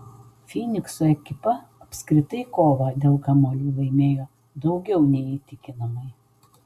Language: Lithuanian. fynikso ekipa apskritai kovą dėl kamuolių laimėjo daugiau nei įtikinamai